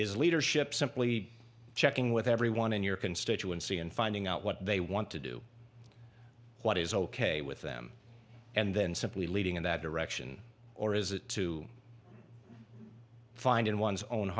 is leadership simply checking with everyone in your constituency and finding out what they want to do what is ok with them and then simply leading in that direction or is it to find in one's own